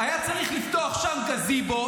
-- היה צריך לפתוח שם גזיבו,